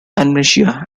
amnesia